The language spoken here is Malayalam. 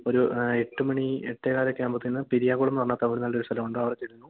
ഒരു എട്ട് മണി എട്ടേ കാലക്കെ ആകുമ്പോഴ്ത്തേനും പെരിയാകൊളം എന്ന് പറഞ്ഞ തമിഴ്നാടിൽ ഒരു സ്ഥലമുണ്ട് അവിടെ ചെല്ലുന്നു